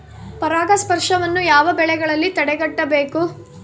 ಪರಾಗಸ್ಪರ್ಶವನ್ನು ಯಾವ ಬೆಳೆಗಳಲ್ಲಿ ತಡೆಗಟ್ಟಬೇಕು?